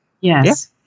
Yes